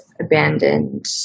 abandoned